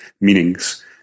meanings